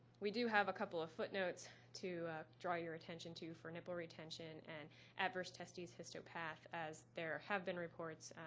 we do have a couple of footnotes to draw your attention to for nipple retention and adverse testes histopath as there have been reports,